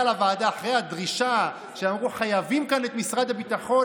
אחרי הדרישה שבה אמרו: חייבים כאן את משרד הביטחון,